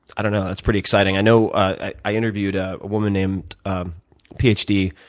i don't know. that's pretty exciting. i know i interviewed a woman named um ph d.